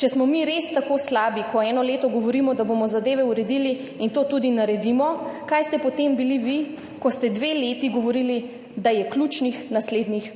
če smo mi res tako slabi, ko eno leto govorimo, da bomo zadeve uredili in to tudi naredimo, kaj ste potem bili vi, ko ste dve leti govorili, da je ključnih naslednjih